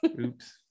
oops